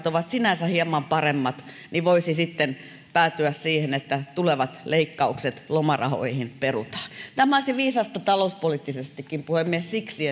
ovat sinänsä hieman paremmat niin voisi sitten päätyä siihen että tulevat leikkaukset lomarahoihin perutaan tämä olisi viisasta talouspoliittisestikin puhemies siksi